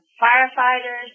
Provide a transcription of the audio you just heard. firefighters